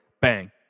Bang